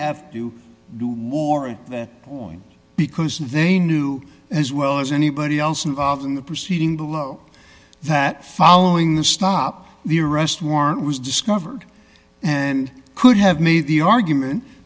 have to do more at that point because they knew as well as anybody else involved in the proceeding below that following the stop the arrest warrant was discovered and could have